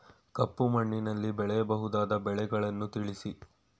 ಕಪ್ಪು ಮಣ್ಣಿನಲ್ಲಿ ಬೆಳೆಯಬಹುದಾದ ಬೆಳೆಗಳನ್ನು ತಿಳಿಸಿ?